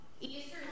Easter